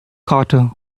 carter